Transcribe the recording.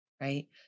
right